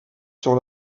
sur